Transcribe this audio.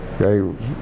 Okay